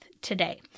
today